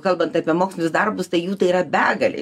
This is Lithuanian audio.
kalbant apie mokslinius darbus tai jų tai yra begalė